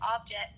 object